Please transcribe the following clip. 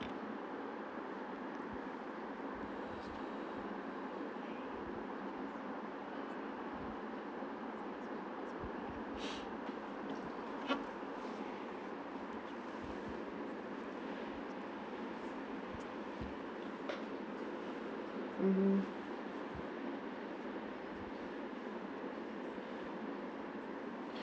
mmhmm